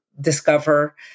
discover